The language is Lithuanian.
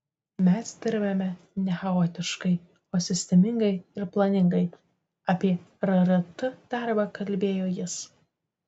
mes dirbame ne chaotiškai o sistemingai ir planingai apie rrt darbą kalbėjo jis